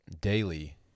daily